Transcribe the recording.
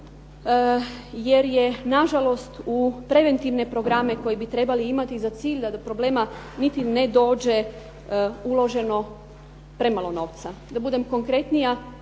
jer je nažalost u preventivne programe koje bi trebali imati za cilj da do problema niti ne dođe uloženo premalo novca. Da budem konkretnija